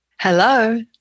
Hello